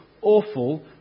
awful